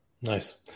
Nice